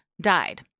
died